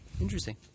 Interesting